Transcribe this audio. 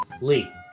lee